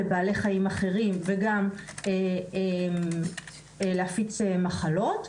לבעלי חיים אחרים וגם להפיץ מחלות,